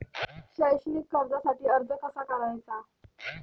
शैक्षणिक कर्जासाठी अर्ज कसा करायचा?